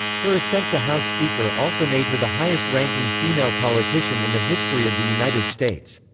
her ascent to house speaker also made her the highest-ranking female politician in the history of the united states.